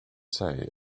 say